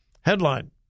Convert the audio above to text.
Headline